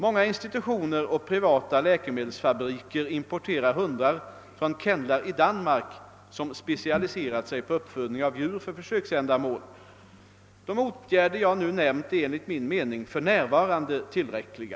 Många institutioner och privata läkemedelsfabriker importerar hundar från kennlar i Danmark som specialiserat sig på uppfödning av djur för försöksändamål. De åtgärder jag nu nämnt är enligt min mening för närvarande tillräckliga.